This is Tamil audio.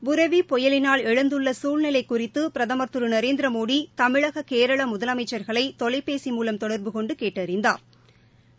புரெவி புயலினால் எழுந்துள்ள சூழ்நிலை குறித்து பிரதமர் திரு நரேந்திரமோடி தமிழக கேரள முதலமைச்சா்களை தொலைபேசி மூலம் தொடா்பு கொண்டு கேட்டறிந்தாா்